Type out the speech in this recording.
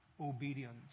Obedience